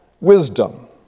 wisdom